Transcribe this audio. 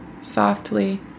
softly